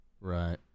Right